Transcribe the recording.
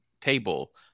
table